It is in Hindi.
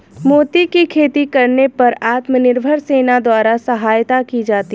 मोती की खेती करने पर आत्मनिर्भर सेना द्वारा सहायता की जाती है